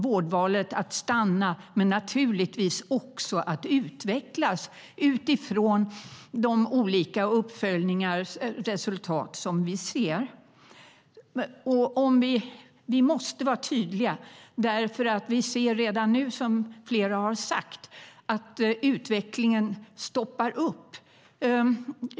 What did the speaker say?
Vårdvalet ska vara kvar men naturligtvis också utvecklas utifrån resultatet av de olika uppföljningar som vi ser. Vi måste vara tydliga. Vi ser redan nu, som flera har sagt, att utvecklingen stoppas upp.